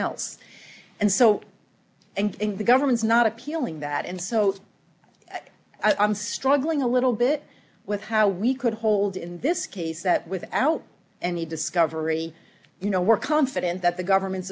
else and so and the government's not appealing that and so i'm struggling a little bit with how we could hold in this case that without any discovery you know we're confident that the government's